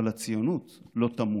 אבל הציונות לא תמות.